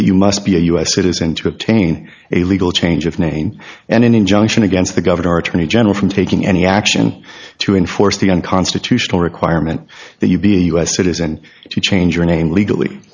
that you must be a us citizen to obtain a legal change of name and an injunction against the governor or attorney general from taking any action to enforce the unconstitutional requirement that you be a us citizen if you change your name legally